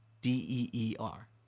D-E-E-R